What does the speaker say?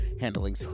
Handling